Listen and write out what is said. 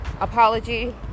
apology